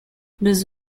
this